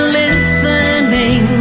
listening